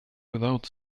without